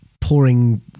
pouring